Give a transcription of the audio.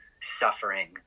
suffering